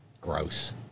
Gross